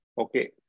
Okay